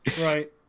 Right